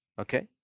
okay